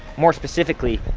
more specifically,